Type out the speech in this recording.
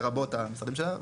לרבות המשרדים שלה.